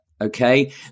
Okay